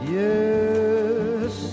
yes